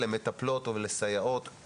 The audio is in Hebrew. למטפלות או לסייעות.